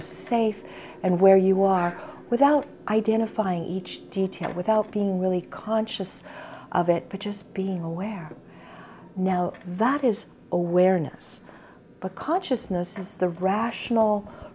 e safe and where you are without identifying each detail without being really conscious of it but just being aware now that is awareness but consciousness as the rational